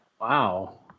Wow